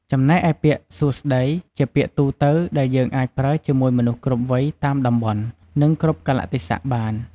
ចំណែកឯពាក្យ សួស្ដី ជាពាក្យទូទៅដែលយើងអាចប្រើជាមួយមនុស្សគ្រប់វ័យតាមតំបន់ និងគ្រប់កាលៈទេសៈបាន។